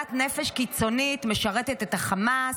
"חולת נפש קיצונית! משרתת את החמאס".